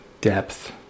depth